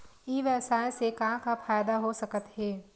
ई व्यवसाय से का का फ़ायदा हो सकत हे?